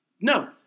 No